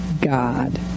God